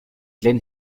glenn